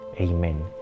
Amen